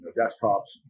desktops